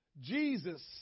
Jesus